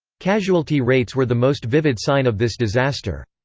casualty rates were the most vivid sign of this disaster.